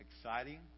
exciting